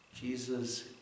Jesus